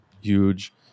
huge